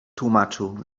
tłumaczył